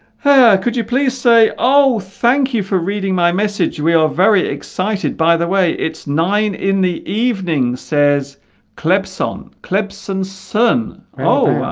hey could you please say oh thank you for reading my message we are very excited by the way it's nine zero in the evening says clips on clips and son oh